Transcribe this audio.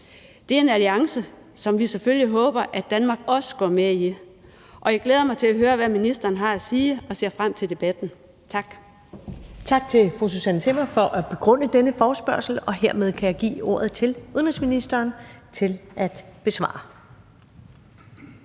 det er en alliance, som vi selvfølgelig håber at Danmark også går med i, og jeg glæder mig til at høre, hvad ministeren har at sige, og ser frem til debatten. Tak. Kl. 15:03 Første næstformand (Karen Ellemann): Tak til fru Susanne Zimmer for at begrunde denne forespørgsel. Hermed kan jeg give ordet til udenrigsministeren for besvarelse.